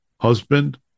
husband